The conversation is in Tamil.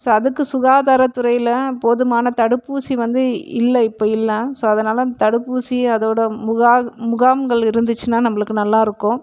ஸோ அதுக்கு சுகாதாரத்துறையில போதுமான தடுப்பூசி வந்து இல்லை இப்போ இல்லை ஸோ அதனால் அந்த தடுப்பூசி அதோட முகா முகாம்கள் இருந்துச்சுனா நம்ளுக்கு நல்லாருக்கும்